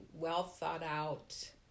well-thought-out